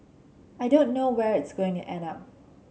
I don't know where it's going to end up